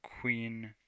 Queen